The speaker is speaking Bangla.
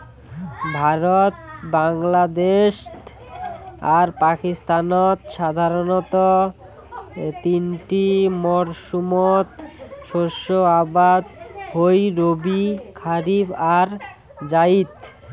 ভারত, বাংলাদ্যাশ আর পাকিস্তানত সাধারণতঃ তিনটা মরসুমত শস্য আবাদ হই রবি, খারিফ আর জাইদ